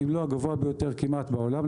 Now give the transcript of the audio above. אם לא הגבוה ביותר בעולם,